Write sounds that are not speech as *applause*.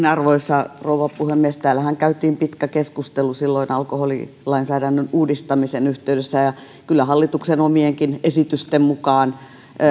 *unintelligible* arvoisa rouva puhemies täällähän käytiin pitkä keskustelu silloin alkoholilainsäädännön uudistamisen yhteydessä kyllä hallituksen omienkin esitysten mukaan